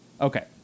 Okay